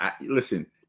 Listen